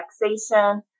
relaxation